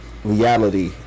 Reality